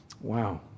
Wow